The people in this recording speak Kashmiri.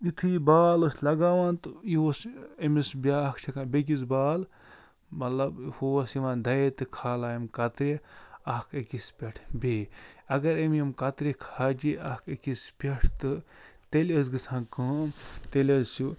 یُتھُے یہِ بال ٲسۍ لگاوان تہٕ یہِ اوس أمِس بیٛاکھ چھَکان بیٚکِس بال مطلب ہُہ اوس یِوان دَیہِ تہٕ کھالان یِم کترِ اکھ أکِس پٮ۪ٹھ بیٚیہِ اگر أمۍ یِم کترِ کھاجے اَکھ أکِس پٮ۪ٹھ تہٕ تیٚلہِ ٲس گَژھان کٲم تیٚلہِ ٲسۍ ہُہ